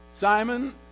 Simon